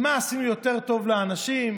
עם מה עשינו יותר טוב לאנשים?